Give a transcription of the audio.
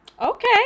Okay